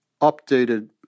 updated